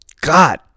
God